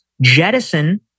jettison